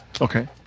Okay